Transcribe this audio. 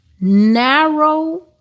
narrow